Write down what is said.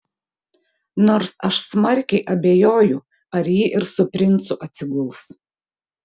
nors aš smarkiai abejoju ar ji ir su princu atsiguls